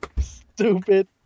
Stupid